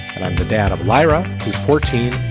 and i'm the dad of lyra who's fourteen,